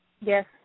Yes